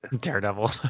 Daredevil